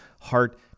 heart